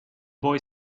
boy